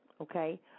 Okay